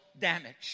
damage